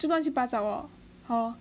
就干脆不要找 hor